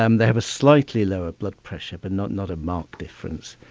um they have a slightly lower blood pressure but not not a marked difference.